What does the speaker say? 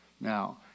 now